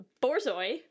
borzoi